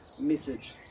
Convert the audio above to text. message